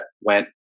went